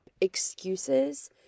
excuses